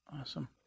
Awesome